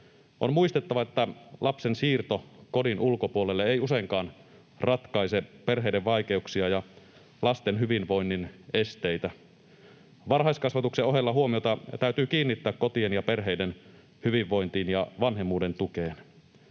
On muistettava, että lapsen siirto kodin ulkopuolelle ei useinkaan ratkaise perheiden vaikeuksia ja lasten hyvinvoinnin esteitä. Varhaiskasvatuksen ohella huomiota täytyy kiinnittää kotien ja perheiden hyvinvointiin ja vanhemmuuden tukeen.